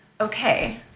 okay